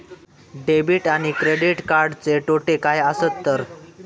Debit आणि credit कार्डचे तोटे काय आसत तर?